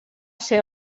ser